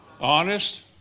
Honest